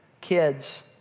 kids